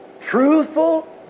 truthful